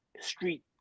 street